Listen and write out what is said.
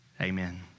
Amen